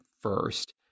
first